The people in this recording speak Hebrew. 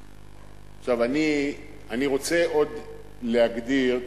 עכשיו, אני רוצה עוד להגדיר.